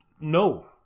no